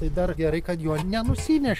tai dar gerai kad jo nenusinešė